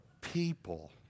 people